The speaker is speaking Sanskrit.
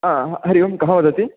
हा हरिः ओं कः वदति